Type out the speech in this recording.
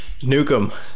Nukem